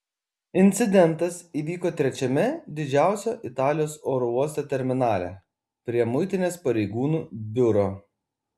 incidentas įvyko trečiame didžiausio italijos oro uosto terminale prie muitinės pareigūnų biuro